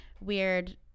weird